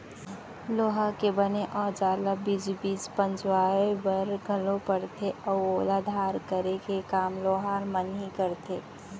लोहा के बने अउजार ल बीच बीच पजवाय बर घलोक परथे अउ ओला धार करे के काम लोहार मन ही करथे